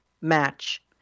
match